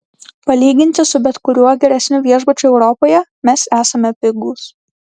palyginti su bet kuriuo geresniu viešbučiu europoje mes esame pigūs